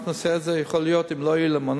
אנחנו נעשה, יכול להיות, אם לא יהיה מנוס,